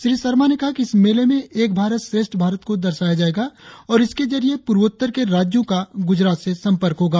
श्री शर्मा ने कहा कि इस मेले में एक भारत श्रेष्ठ भारत को दर्शाया जाएगा और इसके जरिए पूर्वोत्तर के राज्यों का गुजरात से संपर्क होगा